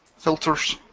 filters,